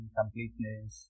completeness